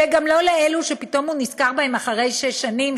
וגם לא לאלו שפתאום הוא נזכר בהם אחרי שש שנים,